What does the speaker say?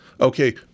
Okay